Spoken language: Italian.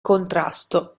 contrasto